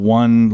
one